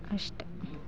ಅಷ್ಟೆ